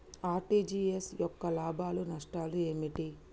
RTGS యొక్క లాభాలు నష్టాలు ఏమిటి?